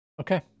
Okay